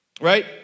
right